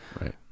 Right